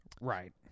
right